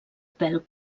pèl